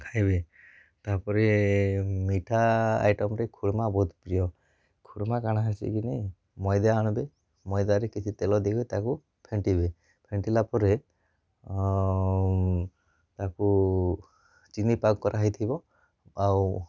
ଖାଇବେ ତାପରେ ମିଠା ଆଇଟମ୍ରେ ଖୁର୍ମା ବହୁତ୍ ପ୍ରିୟ ଖୁରୁମା କାଣା ହେସି କିନି ମଇଦା ଆଣ୍ବେ ମଇଦାରେ କିଛି ତେଲ ଦେଇକି ତାକୁ ଫେଣ୍ଟିବେ ଫେଣ୍ଟିଲା ପରେ ଆଉ ତାକୁ ଚିନି ପାଗ୍ କରା ହେଇଥିବ ଆଉ